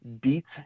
beats